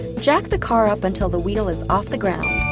jack the car up until the wheel is off the ground.